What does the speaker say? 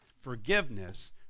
Forgiveness